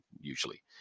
usually